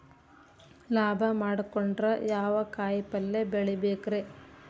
ಲಾಭ ಮಾಡಕೊಂಡ್ರ ಯಾವ ಕಾಯಿಪಲ್ಯ ಬೆಳಿಬೇಕ್ರೇ?